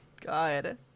God